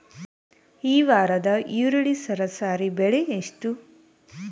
ಈ ವಾರದ ಈರುಳ್ಳಿ ಸರಾಸರಿ ಬೆಲೆ ಎಷ್ಟು?